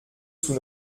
sous